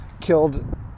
killed